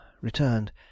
returned